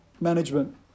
management